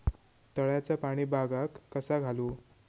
तळ्याचा पाणी बागाक कसा घालू?